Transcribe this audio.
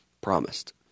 promised